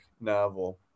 novel